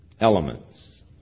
elements